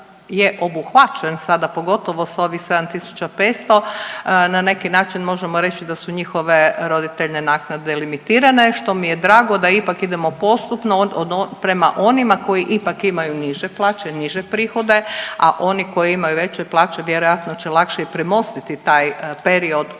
je obuhvaćen sada pogotovo s ovih 7.500 na neki način možemo reći da su njihove roditeljne naknade limitirane što mi je drago da ipak idemo postupno prema onima koji ipak imaju niže plaće, niže prihode, a oni koji imaju veće plaće vjerojatno će lakše i premostiti taj period od,